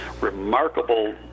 remarkable